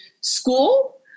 school